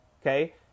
okay